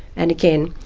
and again,